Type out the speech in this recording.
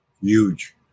Huge